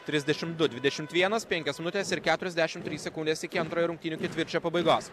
trisdešimt du dvidešimt vienas penkios minutės ir keturiasdešimt trys sekundės iki antrojo rungtynių ketvirčio pabaigos